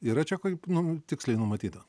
yra čia kaip nu tiksliai numatyta